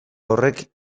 horrek